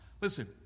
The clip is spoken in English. Listen